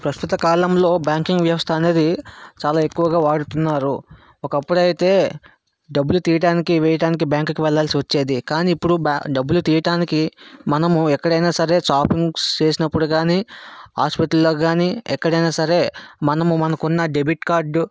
ప్రస్తుత కాలంలో బ్యాంకింగ్ వ్యవస్థ అనేది చాలా ఎక్కువగా వాడుతున్నారు ఒకప్పుడు అయితే డబ్బులు తీయటానికి వేయటానికి బ్యాంకుకి వెళ్ళాల్సి వచ్చేది కానీ ఇప్పుడు బ్యా డబ్బులు తీయటానికి మనము ఎక్కడైనా సరే షాపింగ్ చేసినప్పుడు కానీ ఆస్పత్రిలో కానీ ఎక్కడైనా సరే మనము మనకున్న డెబిట్ కార్డు